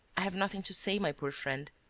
i have nothing to say, my poor friend,